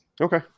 Okay